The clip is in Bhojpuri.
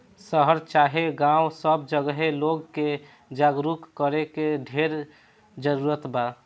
शहर चाहे गांव सब जगहे लोग के जागरूक करे के ढेर जरूरत बा